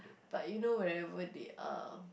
but you know wherever they are